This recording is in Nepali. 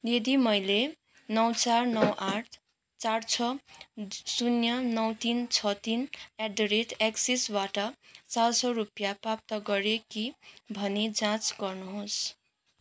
यदि मैले नौ चार नौ आठ चार छ शून्य नौ तिन छ तिन एट द रेट एक्ससिसबाट चार सौ रुपैयाँ प्राप्त गरेँ कि भनी जाँच गर्नुहोस्